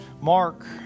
Mark